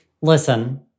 listen